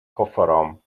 kofferraum